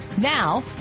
Now